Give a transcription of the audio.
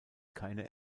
keine